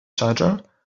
charger